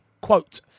quote